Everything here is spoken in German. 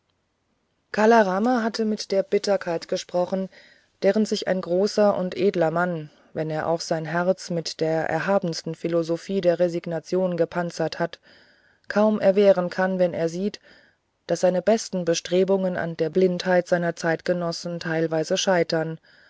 kala rama hatte mit der bitterkeit gesprochen deren sich ein großer und edler mann wenn er auch sein herz mit der erhabensten philosophie der resignation gepanzert hat kaum erwehren kann wenn er sieht daß seine besten bestrebungen an der blindheit seiner zeitgenossen teilweise scheitern